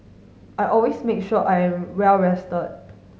I always make sure I am well rested